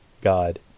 God